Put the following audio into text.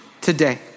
today